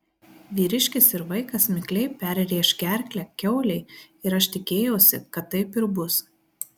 vyriškis ir vaikas mikliai perrėš gerklę kiaulei ir aš tikėjausi kad taip ir bus